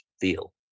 feel